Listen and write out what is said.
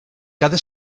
cada